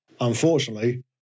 Unfortunately